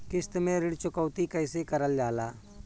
किश्त में ऋण चुकौती कईसे करल जाला?